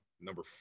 number